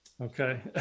Okay